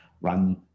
run